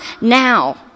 Now